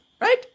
right